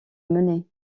mené